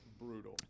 brutal